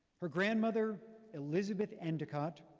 her grandmother elizabeth endicott,